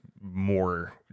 more